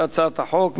בהצעת החוק,